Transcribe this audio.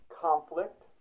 conflict